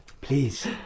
Please